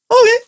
okay